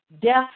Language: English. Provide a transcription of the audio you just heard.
death